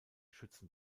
schützen